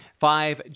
Five